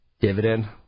dividend